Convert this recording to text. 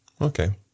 okay